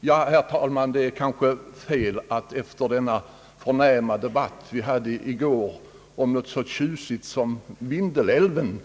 Det är kanske fel att dra upp Kävlingeån efter den förnäma debatt vi hade i går om något så tjusigt som Vindelälven.